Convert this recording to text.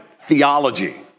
theology